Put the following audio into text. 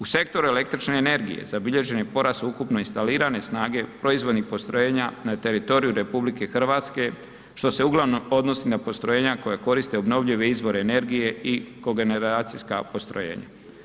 U sektoru električne energije zabilježen je porast ukupno instalirane snage proizvodnih postrojenja na teritoriju RH što se uglavnom odnosi na postrojenja koja koriste obnovljive izvore energije i kogeneracijska postrojenja.